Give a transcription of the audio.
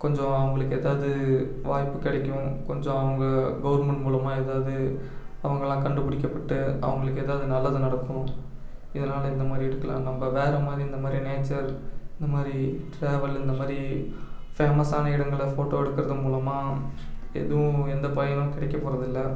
கொஞ்சம் அவங்களுக்கு ஏதாது வாய்ப்பு கிடைக்கும் கொஞ்சம் அவங்க கௌர்மெண்ட் மூலமாக ஏதாது அவங்களெலாம் கண்டுபிடிக்கப்பட்டு அவங்களுக்கு ஏதாது நல்லது நடக்கும் இதனால் இந்தமாதிரி இதுக்கெலாம் நம்ம வேறமாதிரி இந்தமாரி நேட்சர் ட்ராவல் இந்தமாதிரி ஃபேமஸான இடங்களை ஃபோட்டோ எடுக்கிறது மூலமாக எதுவும் எந்த பயனும் கிடைக்க போறதில்ல